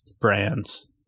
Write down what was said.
brands